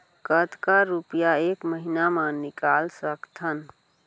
कतका रुपिया एक महीना म निकाल सकथन?